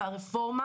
והרפורמה